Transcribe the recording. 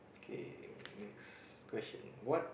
okay next question what